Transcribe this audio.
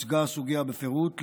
שבה הוצגה הסוגיה בפירוט,